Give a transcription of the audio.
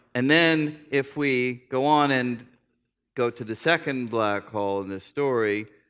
and then if we go on and go to the second black hole in the story.